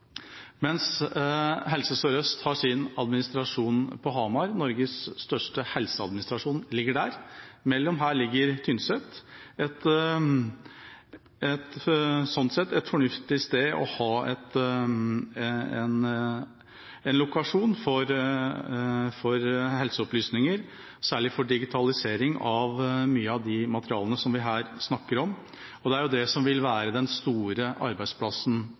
mens Helse Sør-Øst har sin administrasjon på Hamar – Norges største helseadministrasjon ligger der. Mellom her ligger Tynset, sånn sett et fornuftig sted å ha en lokasjon for helseopplysninger, særlig for digitalisering av mye av de materialene vi her snakker om. Det er jo det som vil være den store arbeidsplassen